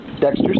Dexter